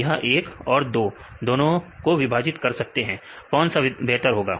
यह 1 और 2 दोनों को विभाजित कर सकता है कौन सा बेहतर होगा